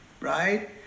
right